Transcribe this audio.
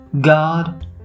god